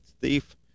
thief